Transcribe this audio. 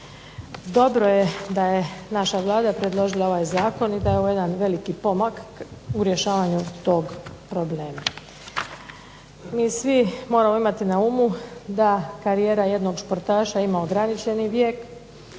Dobro je da je naša Vlada predložila ovaj zakon i da je ovo jedan veliki pomak u rješavanju tog problema. Mi svi moramo imati na umu da karijera jednog športaša ima ograničeni vijek,